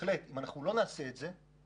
אם אנחנו לא נעשה את זה,